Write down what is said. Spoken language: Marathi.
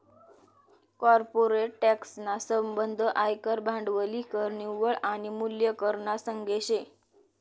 कॉर्पोरेट टॅक्स ना संबंध आयकर, भांडवली कर, निव्वळ आनी मूल्य कर ना संगे शे